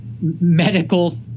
medical